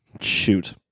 Shoot